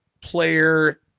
player